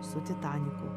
su titaniku